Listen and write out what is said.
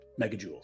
megajoules